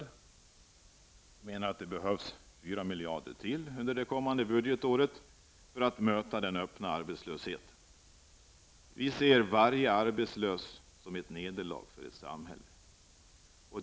Vi menar att det behövs ytterligare 4 miljarder under det kommande budgetåret för att det skall vara möjligt att möta den öppna arbetslösheten. Varje arbetslös anser vi är ett nederlag för ett samhälle.